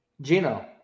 Gino